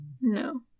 No